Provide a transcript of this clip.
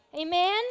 Amen